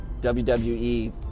WWE